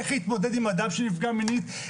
איך להתמודד עם אדם שנפגע מינית,